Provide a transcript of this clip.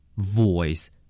Voice